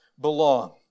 belong